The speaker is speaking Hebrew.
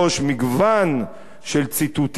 מגוון של ציטוטים,